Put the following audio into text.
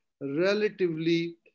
relatively